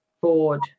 board